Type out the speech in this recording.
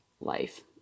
life